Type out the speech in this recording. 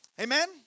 Amen